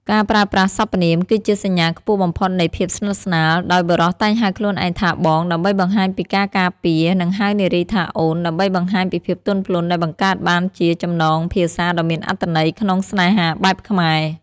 ការប្រើប្រាស់សព្វនាមគឺជាសញ្ញាខ្ពស់បំផុតនៃភាពស្និទ្ធស្នាល ដោយបុរសតែងហៅខ្លួនឯងថា "បង" ដើម្បីបង្ហាញពីការការពារ និងហៅនារីថា "អូន" ដើម្បីបង្ហាញពីភាពទន់ភ្លន់ ដែលបង្កើតបានជាចំណងភាសាដ៏មានអត្ថន័យក្នុងស្នេហាបែបខ្មែរ។